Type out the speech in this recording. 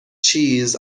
cheers